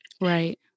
Right